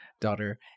daughter